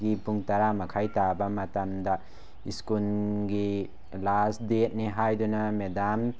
ꯄꯨꯡ ꯇꯥꯔꯥ ꯃꯈꯥꯏ ꯇꯥꯕ ꯃꯇꯝꯗ ꯁ꯭ꯀꯨꯜꯒꯤ ꯂꯥꯁ ꯗꯦꯠꯅꯤ ꯍꯥꯏꯗꯨꯅ ꯃꯦꯗꯥꯝ